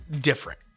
different